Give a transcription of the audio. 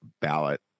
ballot